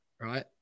right